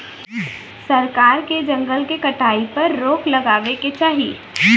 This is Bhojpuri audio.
सरकार के जंगल के कटाई पर रोक लगावे क चाही